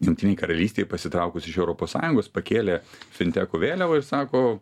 jungtinei karalystei pasitraukus iš europos sąjungos pakėlė fintekų vėliavą ir sako